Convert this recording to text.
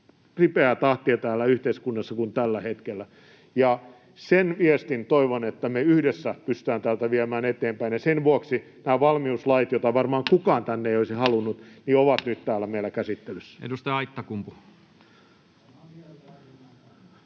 ripeää tahtia yhteiskunnassa kuin tällä hetkellä. Toivon, että se viesti yhdessä pystytään täältä viemään eteenpäin, ja sen vuoksi nämä valmiuslait, joita varmaan kukaan tänne ei olisi halunnut, ovat nyt täällä meillä käsittelyssä. [Peter Östman: